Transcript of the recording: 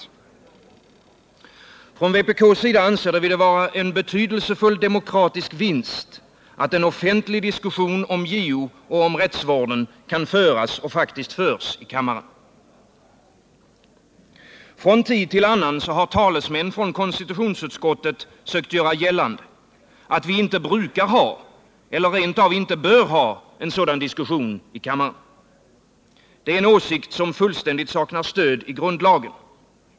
Från vpk:s sida anser vi det vara en betydelsefull demokratisk vinst att en offentlig diskussion om JO och om rättsvården kan föras och faktiskt förs i kammaren. Från tid till annan har talesmän från konstitutionsutskottet sökt göra gällande att vi inte brukar ha, eller rent av inte bör ha, en sådan diskussion i kammaren. Det är en åsikt som fullständigt saknar stöd i grundlagen.